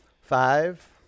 Five